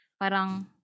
Parang